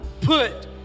put